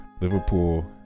Liverpool